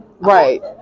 right